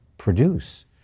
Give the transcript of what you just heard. produce